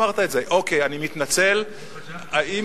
אה,